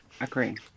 Agree